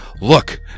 Look